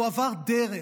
והוא עבר דרך,